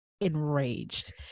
enraged